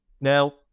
Now